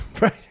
Right